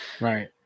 Right